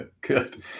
Good